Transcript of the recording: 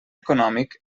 econòmic